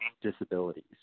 disabilities